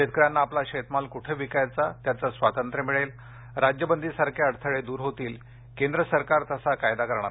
शेतकर्यांदना आपला शेतमाल कुठे विकायचा त्याचे स्वातंत्र्य मिळणार राज्यबंदी सारखे अडथळे दूर करणार केंद्र सरकार तसा कायदा करणार